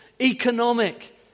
economic